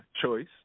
choice